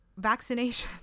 vaccinations